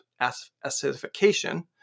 acidification